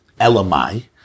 Elamai